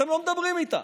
אתם לא מדברים איתם.